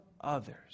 others